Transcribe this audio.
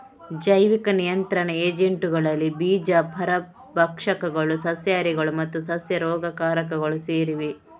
ಜೈವಿಕ ನಿಯಂತ್ರಣ ಏಜೆಂಟುಗಳಲ್ಲಿ ಬೀಜ ಪರಭಕ್ಷಕಗಳು, ಸಸ್ಯಹಾರಿಗಳು ಮತ್ತು ಸಸ್ಯ ರೋಗಕಾರಕಗಳು ಸೇರಿವೆ